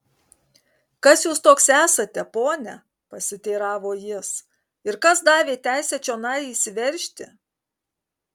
kas jūs toks esate pone pasiteiravo jis ir kas davė teisę čionai įsiveržti